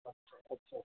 अच्छा अच्छा